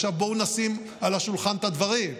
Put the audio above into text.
עכשיו בואו נשים על השולחן את הדברים.